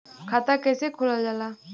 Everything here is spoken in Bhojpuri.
खाता कैसे खोलल जाला?